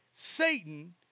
Satan